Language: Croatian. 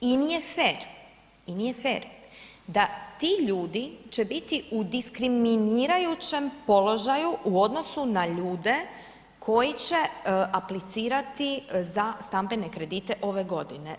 I nije fer i nije fer da ti ljudi će biti u diskriminirajućem položaju u odnosu na ljude koji će aplicirati za stambene kredite ove godine.